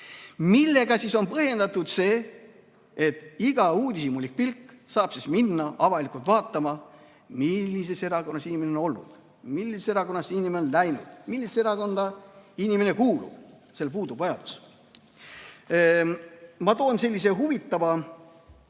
Millega siis on põhjendatud see, et iga uudishimulik saab minna avalikult vaatama, millises erakonnas inimene on olnud, millisesse erakonda inimene on läinud, millisesse erakonda inimene kuulub – selleks puudub vajadus. Ma toon välja sellise huvitava nüansi,